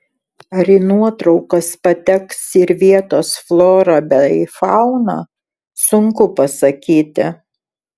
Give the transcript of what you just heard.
ar į nuotraukas pateks ir vietos flora bei fauna sunku pasakyti